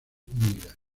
miller